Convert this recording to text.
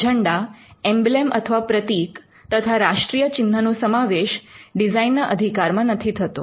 ઝંડા emblem અથવા પ્રતીક તથા રાષ્ટ્રીય ચિન્હનો સમાવેશ ડિઝાઇનના અધિકાર મા નથી થતો